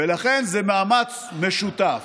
ולכן זה מאמץ משותף.